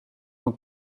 van